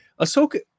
Ahsoka